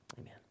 Amen